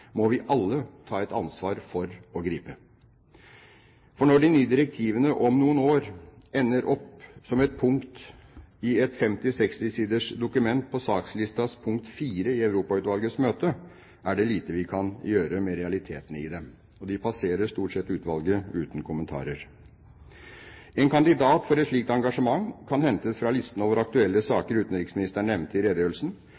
må vi alle ta et ansvar for å gripe. For når de nye direktivene om noen år ender opp som et punkt i et 50–60 siders dokument på sakslistas punkt 4 i Europautvalgets møte, er det lite vi kan gjøre med realitetene i dem. De passerer stort sett utvalget uten kommentarer. En kandidat for et slikt engasjement kan hentes fra listen over aktuelle